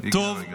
והגיע הרגע.